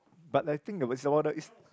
but I think the worst of all is